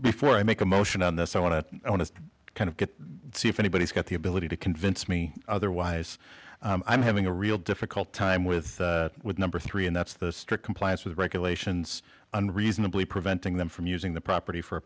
before i make a motion on this i want to i want to kind of get see if anybody's got the ability to convince me otherwise i'm having a real difficult time with with number three and that's the strict compliance with regulations unreasonably preventing them from using the property for